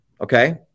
okay